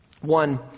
One